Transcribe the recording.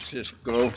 Cisco